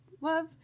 love